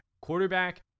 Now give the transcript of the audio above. quarterback